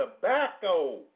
tobacco